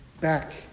back